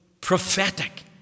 prophetic